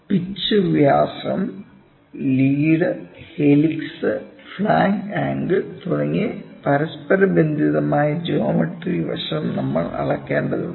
pitch വ്യാസം lead helix flank angle തുടങ്ങി പരസ്പരബന്ധിതമായ ജോമട്രി വശം നമ്മൾ അളക്കേണ്ടതുണ്ട്